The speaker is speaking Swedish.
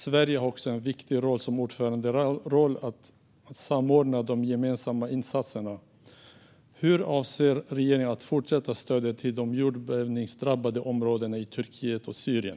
Sverige har också en viktig roll som ordförandeland att samordna de gemensamma insatserna. Hur avser regeringen att fortsätta stödet till de jordbävningsdrabbade områdena i Turkiet och Syrien?